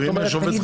ואם יש שופט חדש?